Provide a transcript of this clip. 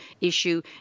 issue